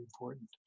important